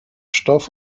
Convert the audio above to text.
stoff